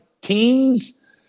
teens